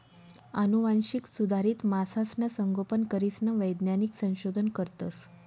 आनुवांशिक सुधारित मासासनं संगोपन करीसन वैज्ञानिक संशोधन करतस